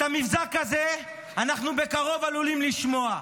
את המבזק הזה אנחנו עלולים לשמוע בקרוב,